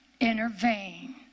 Intervene